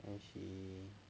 mmhmm